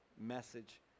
message